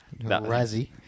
Razzie